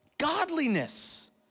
Godliness